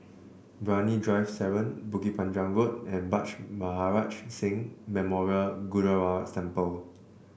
Brani Drive seven Bukit Panjang Road and Bhai Maharaj Singh Memorial Gurdwara Temple